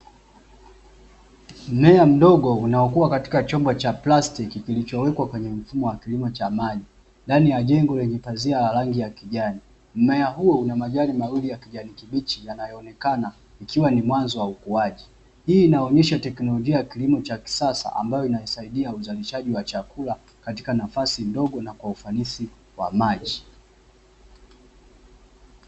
Mmea mdogo unaokua katika chombo cha plastiki kilichowekwa kwenye mfumo wa kilimo cha maji, ndani ya jengo lenye pazia la rangi ya kijani. Mmea huo una majani mawili ya kijani kibichi yanayoonekana, ikiwa ni mwanzo wa ukuaji. Hii inaonyesha teknolojia ya kilimo cha kisasa ambayo inaisaidia uzalishaji wa chakula katika nafasi ndogo na kwa ufanisi wa maji.